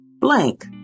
Blank